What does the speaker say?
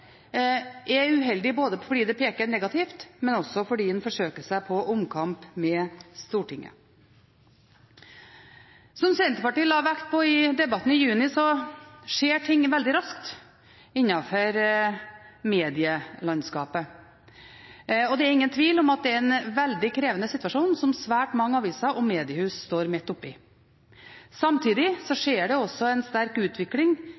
er uheldig, både fordi det peker i negativ retning, og fordi en forsøker seg på en omkamp med Stortinget. Som Senterpartiet la vekt på i debatten i juni, skjer ting veldig raskt innenfor medielandskapet. Det er ingen tvil om at det er en veldig krevende situasjon som svært mange aviser og mediehus står midt oppe i. Samtidig skjer det også en sterk utvikling